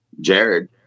Jared